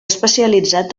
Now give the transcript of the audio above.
especialitzat